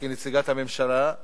כנציגת הממשלה,